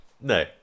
No